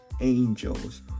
angels